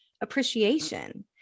appreciation